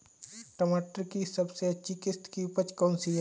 टमाटर की सबसे अच्छी किश्त की उपज कौन सी है?